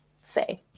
say